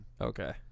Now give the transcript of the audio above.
Okay